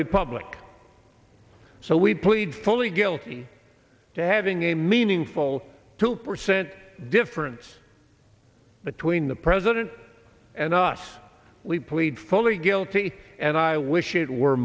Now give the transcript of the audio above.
republic so we plead fully guilty to having a meaningful two percent difference between the president and us we plead fully guilty and i wish it were